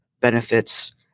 benefits